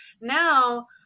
now